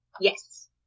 Yes